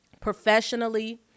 professionally